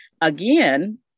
Again